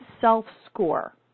self-score